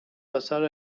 آثار